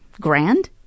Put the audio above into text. grand